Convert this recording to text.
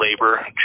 labor